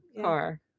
car